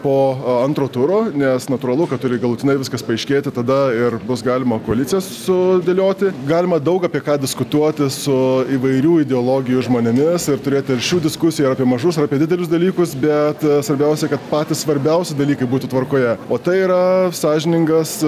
po antro turo nes natūralu kad turi galutinai viskas paaiškėti tada ir bus galima koaliciją sudėlioti galima daug apie ką diskutuoti su įvairių ideologijų žmonėmis ir turėti aršių diskusijų ar apie mažus apie didelius dalykus bet svarbiausia kad patys svarbiausi dalykai būtų tvarkoje o tai yra sąžiningas